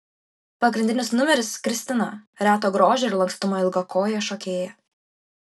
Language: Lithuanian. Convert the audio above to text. pagrindinis numeris kristina reto grožio ir lankstumo ilgakojė šokėja